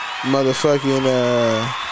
Motherfucking